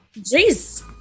Jeez